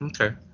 Okay